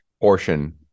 portion